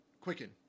Quicken